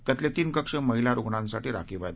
त्यातले तीन कक्ष महिला रुग्णांसाठी राखीव आहेत